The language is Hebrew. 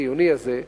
חיוני הזה,